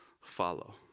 follow